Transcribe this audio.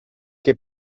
che